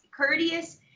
Courteous